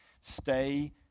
Stay